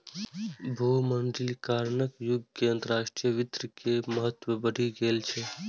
भूमंडलीकरणक युग मे अंतरराष्ट्रीय वित्त के महत्व बढ़ि गेल छै